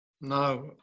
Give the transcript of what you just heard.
No